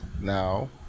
now